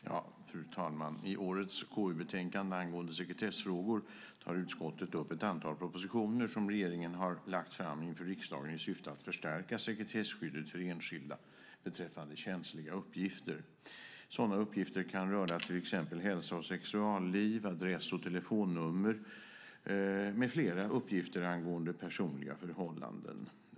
Fru talman! I årets KU-betänkande angående sekretessfrågor tar utskottet upp ett antal propositioner som regeringen lagt fram inför riksdagen i syfte att förstärka sekretesskyddet för enskilda beträffande känsliga uppgifter. Sådana uppgifter kan röra hälsa och sexualliv, adress och telefonnummer med flera uppgifter angående personliga förhållanden.